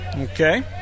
Okay